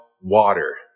water